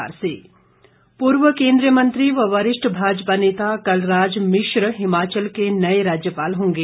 कलराज मिश्र पूर्व केंद्रीय मंत्री व वरिष्ठ भाजपा नेता कलराज मिश्र हिमाचल के नए राज्यपाल होंगे